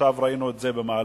עכשיו ראינו את זה במעלות,